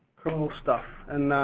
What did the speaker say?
criminal stuff and